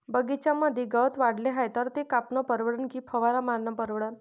बगीच्यामंदी गवत वाढले हाये तर ते कापनं परवडन की फवारा मारनं परवडन?